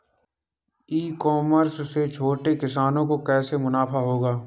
ई commerce से छोटे किसानों को कैसे मुनाफा होगा?